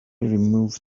removed